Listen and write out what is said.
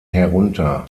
herunter